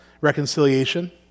reconciliation